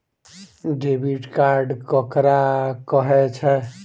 Debit card ककरा कहै छै?